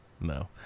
no